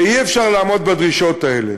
ואי-אפשר לעמוד בדרישות האלה.